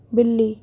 बिल्ली